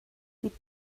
you